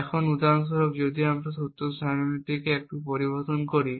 এখন উদাহরন স্বরূপ যদি আমরা সত্য সারণীকে একটু পরিবর্তন করি